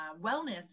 wellness